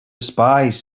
spies